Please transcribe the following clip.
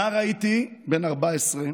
נער הייתי, בן 14,